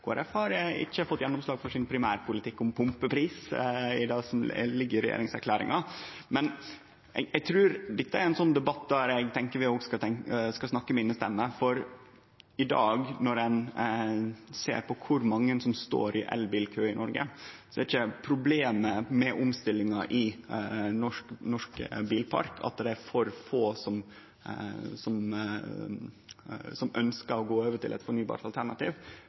har ikkje fått gjennomslag for sin primærpolitikk om pumpepris i det som ligg i regjeringserklæringa. Men eg trur dette er ein sånn debatt der eg tenkjer vi òg skal snakke med innestemme, for i dag, når ein ser på kor mange som står i elbilkø i Noreg, er ikkje problemet med omstillinga i norsk bilpark at det er for få som ønskjer å gå over til eit fornybart alternativ.